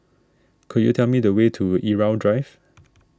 could you tell me the way to Irau Drive